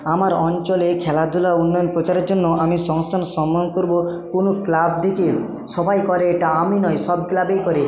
আমার অঞ্চলে খেলাধুলা ও উন্নয়ন প্রচারের জন্য আমি সংস্থান সম্মান করব কোনো ক্লাবদেরকে সবাই করে এটা আমি নয় সব ক্লাবেই করে